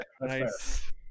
nice